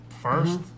first